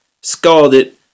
scalded